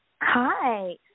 Hi